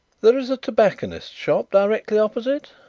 there is a tobacconist's shop directly opposite?